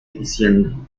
diciendo